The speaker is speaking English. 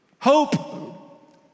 Hope